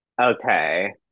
Okay